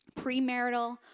premarital